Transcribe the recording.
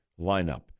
lineup